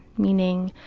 meaning